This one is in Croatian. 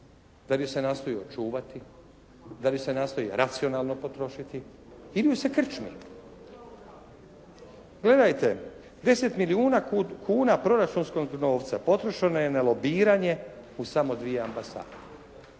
da li se nastoji očuvati, da li se nastoji racionalno potrošiti ili ju se krčmi? Gledajte, 10 milijuna kuna proračunskog novca potrošeno je na lobiranje u samo dvije ambasade.